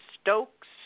Stokes